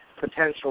potential